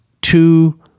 Two